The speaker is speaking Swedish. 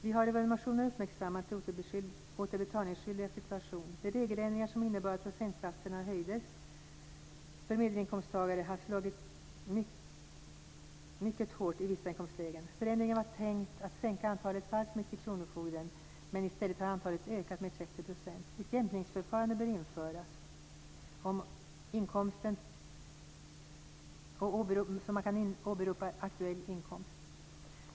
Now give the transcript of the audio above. Vi har i våra motioner uppmärksammat de återbetalningsskyldigas situation. De regeländringar som innebar att procentsatserna höjdes för medelinkomsttagare har slagit mycket hårt i vissa inkomstlägen. Förändringen var tänkt att sänka antalet fall som gick till kronofogden, men i stället har antalet ökat med Ett jämkningsförfarande bör införas, så att man kan åberopa aktuell inkomst.